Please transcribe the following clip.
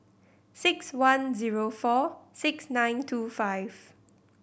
six one zero four six nine two five